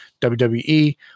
WWE